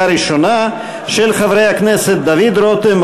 של חברי הכנסת דוד רותם,